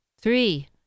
three